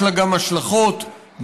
יש לה גם השלכות בריאותיות,